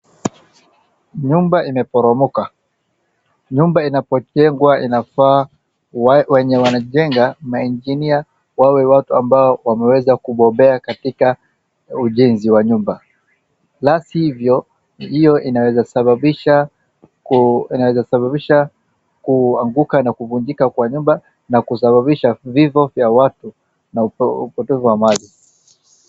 Nyumba imeporomoka nyumba inapojengwa inafaa wenye wanajenga maenjinea wawe watu ambao wameweza kubombea katika ujenzi wa nyumba la si hivyo hiyo inaweza sababisha kuanguka na kuvunjika kwa nyumba na kusababisha vifo vya watu na upotezo wa mali.